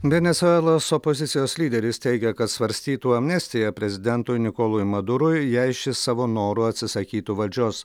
venesuelos opozicijos lyderis teigia kad svarstytų amnestiją prezidentui nikolui madurui jei šis savo noru atsisakytų valdžios